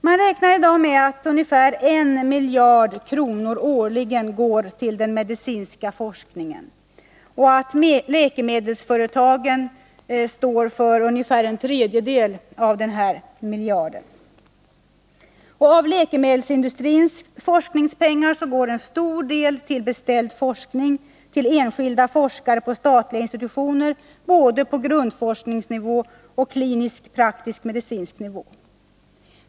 Man räknar i dag med att ungefär 1 miljard kronor årligen går till den medicinska forskningen och att läkemedelsföretagen står för ungefär en tredjedel av denna miljard. Av läkemedelsindustrins forskningspengar går en stor del till beställd forskning som bedrivs av enskilda forskare inom olika statliga institutioner på både grundforskningsnivå och klinisk, praktisk medicinsk nivå.